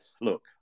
look